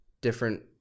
different